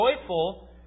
joyful